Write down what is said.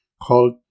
called